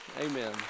amen